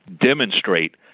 demonstrate